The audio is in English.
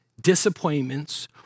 disappointments